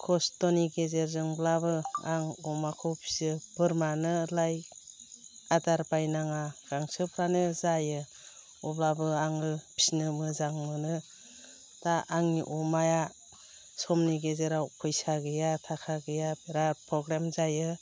खस्थ'नि गेजेरजोंब्लाबो आं अमाखो फियो बोरमानो लाइ आदार बायनाङा गांसोफ्रानो जायो अब्लाबो आङो फिसिनो मोजां मोनो दा आंनि अमाया समनि गेजेराव फैसा गैया थाखा गैया बिराद प्रब्लेम जायो